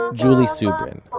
um julie subrin.